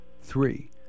Three